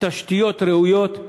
תשתיות ראויות,